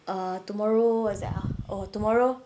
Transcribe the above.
err tomorrow what's that ah oh tomorrow